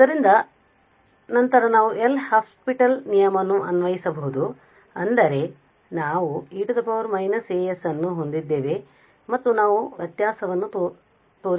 ಆದ್ದರಿಂದ ನಂತರ ನಾವು ಎಲ್ ಹಾಸ್ಪಿಟಲ್ L'Hopital rule ನಿಯಮವನ್ನು ಅನ್ವಯಿಸಬಹುದು ಅಂದರೆ ನಾವು e −as ಅನ್ನು ಹೊಂದಿದ್ದೇವೆ ಮತ್ತು ನಾವು ವ್ಯತ್ಯಾಸವನ್ನು ತೋರಿಸುತ್ತೇವೆ ಇಲ್ಲಿ